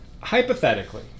hypothetically